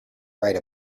write